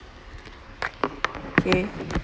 okay